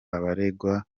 abaregwa